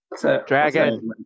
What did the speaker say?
Dragon